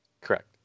Correct